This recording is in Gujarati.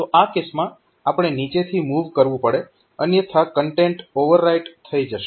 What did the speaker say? તો આ કેસમાં આપણે નીચેથી મૂવ કરવું પડે અન્યથા કન્ટેન્ટ ઓવરરાઈટ થઈ જશે